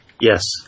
Yes